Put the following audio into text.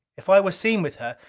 if i were seen with her,